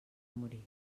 morir